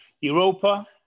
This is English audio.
Europa